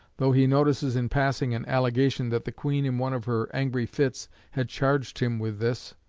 though he notices in passing an allegation that the queen in one of her angry fits had charged him with this.